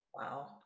Wow